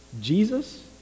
Jesus